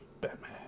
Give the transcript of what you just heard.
Batman